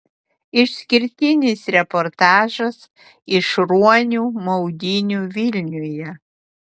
išskirtinis reportažas iš ruonių maudynių vilniuje